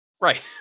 right